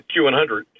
Q100